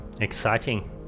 Exciting